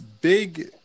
big